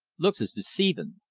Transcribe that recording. looks is deceivin'!